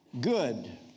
Good